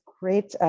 great